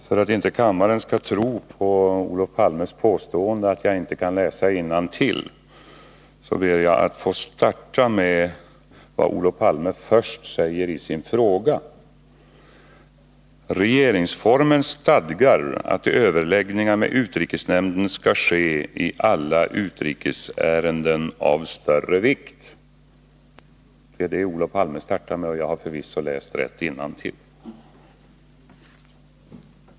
Herr talman! För att inte kammaren skall tro på Olof Palmes påstående att jag inte kan läsa innantill ber jag att få starta med att citera vad Olof Palme säger allra först i sin fråga: ”Regeringsformen stadgar att överläggningar med utrikesnämnden skall ske i alla utrikesärenden av större vikt.” Det är det Olof Palme startade med, och jag har förvisso läst rätt innantill.